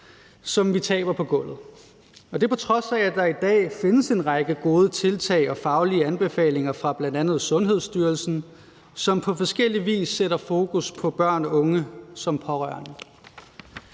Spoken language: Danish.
som vi taber på gulvet, på trods af at der i dag findes en række gode tiltag og faglige anbefalinger fra bl.a. Sundhedsstyrelsen, som på forskellig vis sætter fokus på børn og unge som pårørende.